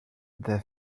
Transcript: their